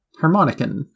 Harmonican